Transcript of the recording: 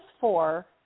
four